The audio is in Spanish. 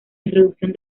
introducción